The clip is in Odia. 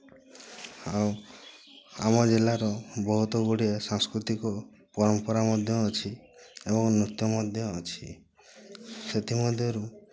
ଆଉ ଆମ ଜିଲ୍ଲାର ବହୁତ ଗୁଡ଼ିଏ ସାଂସ୍କୃତିକ ପରମ୍ପରା ମଧ୍ୟ ଅଛି ଏବଂ ନୃତ୍ୟ ମଧ୍ୟ ଅଛି ସେଥିମଧ୍ୟରୁ